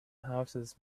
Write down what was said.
houses